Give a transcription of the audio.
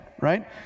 right